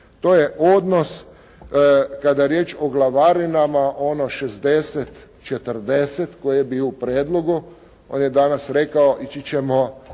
to je odnos kada je riječ o glavarinama ono 60, 40 koji je bio u prijedlogu, on je danas rekao ići ćemo